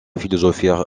philosophie